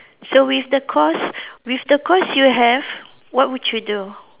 so with the course with the course you have what would you do